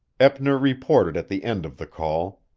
eppner reported at the end of the call.